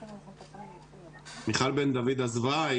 מיכל בן דוד עזבה.